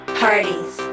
parties